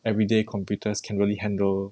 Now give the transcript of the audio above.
everyday computers can really handle